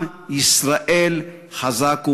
עם ישראל חזק ומאוחד.